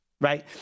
right